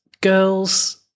girls